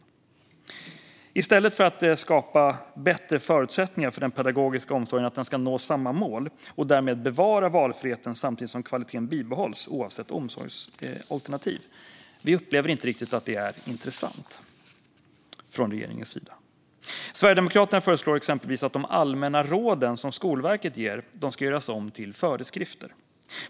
Vi uppfattar inte att regeringen anser det vara intressant att skapa bättre förutsättningar för den pedagogiska omsorgen så att den ska nå samma mål och därmed bevara valfriheten samtidigt som kvaliteten bibehålls oavsett omsorgsalternativ. Sverigedemokraterna föreslår exempelvis att de allmänna råd som Skolverket ger ut ska göras om till föreskrifter.